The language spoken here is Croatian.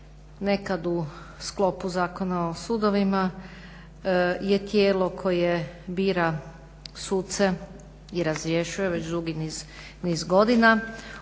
nekad u sklopu Zakona o sudovima je tijelo koje bira suce i razrješuje već dugi niz godina.